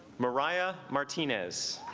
mariah martinez